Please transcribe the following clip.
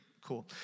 cool